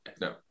No